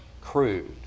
crude